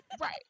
Right